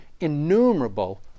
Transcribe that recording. innumerable